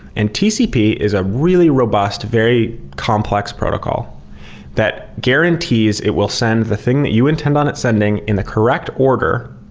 and tcp is a really robust, very complex protocol that guarantees it will send the thing that you intend on it sending in the correct order